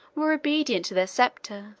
were obedient to their sceptre